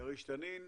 כריש, תנין,